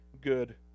good